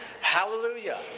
Hallelujah